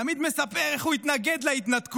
תמיד הוא מספר איך הוא התנגד להתנתקות,